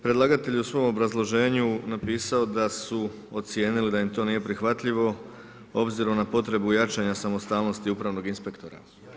Predlagatelj je u svom obrazloženju napisao da su ocijenili da im to nije prihvatljivo obzirom na potrebu jačanja samostalnosti upravnog inspektora.